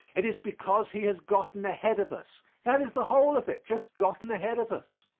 it is because he has gotten ahead of us that is the whole of it just gotten ahead of us.